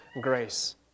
grace